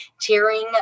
tearing